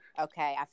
Okay